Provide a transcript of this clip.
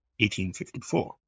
1854